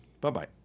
Bye-bye